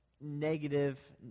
negative